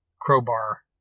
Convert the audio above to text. Crowbar